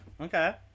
Okay